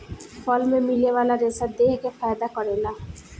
फल मे मिले वाला रेसा देह के फायदा करेला